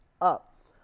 up